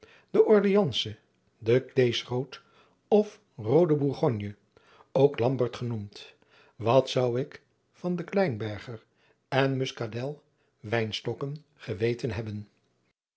de rleansche de leesrood of roode ourgonje ook ambert genoemd wat zou ik van de leinberger en uskadel wijnstokken geweten hebben